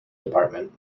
department